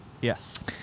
Yes